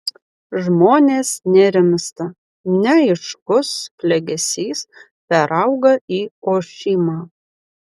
žmonės nerimsta neaiškus klegesys perauga į ošimą